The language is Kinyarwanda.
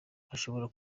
hashobora